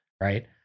right